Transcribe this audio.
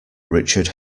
richard